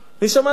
שמעתי